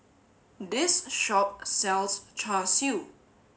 this shop sells Char Siu